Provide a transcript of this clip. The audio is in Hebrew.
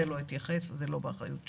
אני לא אתייחס כי זה לא באחריות שלי.